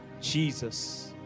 Jesus